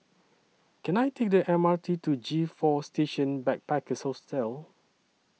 Can I Take The M R T to G four Station Backpackers Hostel